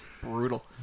Brutal